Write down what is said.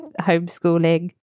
homeschooling